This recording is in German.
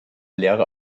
lehre